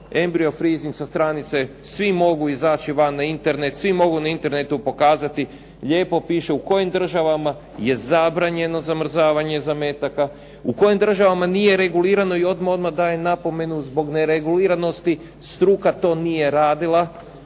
embriofreezing sa stranice svi mogu izaći van na Internet, svi mogu na internetu pokazati lijepo piše u kojim državama je zabranjeno zamrzavanje zametaka, u kojim državama nije regulirano i odmah daje napomenu zbog nereguliranosti, struka to nije radila,